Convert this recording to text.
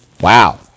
Wow